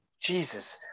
Jesus